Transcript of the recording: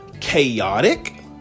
chaotic